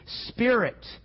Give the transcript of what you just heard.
spirit